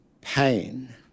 pain